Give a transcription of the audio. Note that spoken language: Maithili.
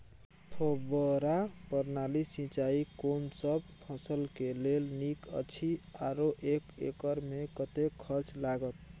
फब्बारा प्रणाली सिंचाई कोनसब फसल के लेल नीक अछि आरो एक एकर मे कतेक खर्च लागत?